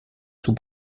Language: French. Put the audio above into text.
sous